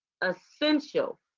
essential